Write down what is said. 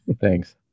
Thanks